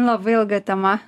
labai ilga tema